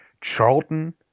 Charlton